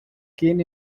keen